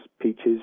peaches